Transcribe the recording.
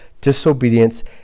disobedience